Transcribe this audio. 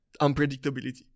unpredictability